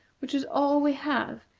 which is all we have,